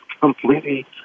completely